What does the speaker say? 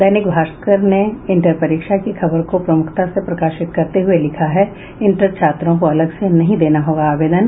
दैनिक भास्कर ने इंटर परीक्षा की खबर को प्रमुखता से प्रकाशित करते हुये लिखा है इंटर छात्रों को अलग से नहीं देना होगा आवेदन